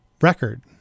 record